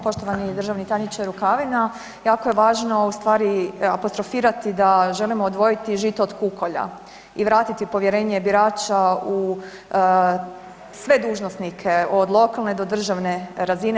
Poštovani državni tajniče Rukavina, jako je važno ustvari apostrofirati da želimo odvojiti žito od kukolja i vratiti povjerenje birača u sve dužnosnike od lokalne do državne razine.